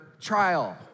trial